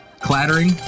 clattering